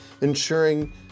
ensuring